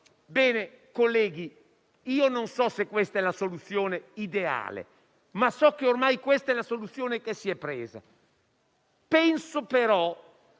Colleghi, io non so se questa è la soluzione ideale, ma so che ormai questa è la soluzione che si è presa. Penso però